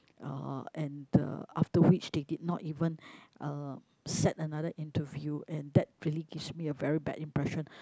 uh and the after which they did not even uh set another interview and that really gives me a very bad impression